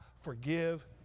forgive